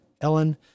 Ellen